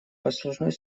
послужной